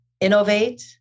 innovate